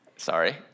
sorry